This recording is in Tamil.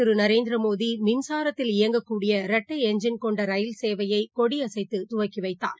திருநரேந்திரமோடிமின்சாரத்தில் இயங்கக் கூடிய இரட்டை எஞ்சின் கொண்டரயில் பிரதமர் சேவையை அவர் கொடியசைத்துதுவக்கிவைத்தார்